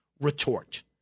retort